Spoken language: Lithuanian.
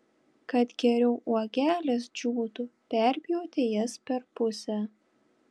kad geriau uogelės džiūtų perpjauti jas per pusę